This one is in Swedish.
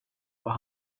och